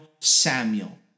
Samuel